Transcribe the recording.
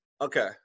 okay